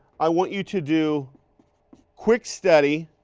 i want you to do quick study